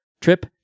trip